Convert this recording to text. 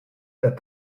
that